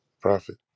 profit